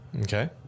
Okay